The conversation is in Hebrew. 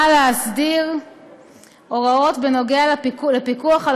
נועדה להסדיר הוראות בנוגע לפיקוח על